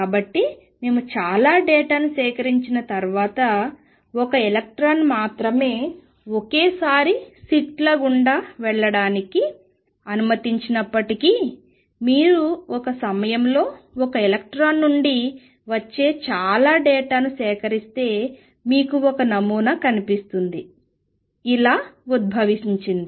కాబట్టి మేము చాలా డేటాను సేకరించిన తర్వాత ఒక ఎలక్ట్రాన్ మాత్రమే ఒకేసారి స్లిట్ల గుండా వెళ్ళడానికి అనుమతించినప్పటికీ మీరు ఒక సమయంలో ఒక ఎలక్ట్రాన్ నుండి వచ్చే చాలా డేటాను సేకరిస్తే మీకు ఒక నమూనా కనిపిస్తుంది ఇలా ఉద్భవించింది